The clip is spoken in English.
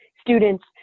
students